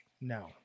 No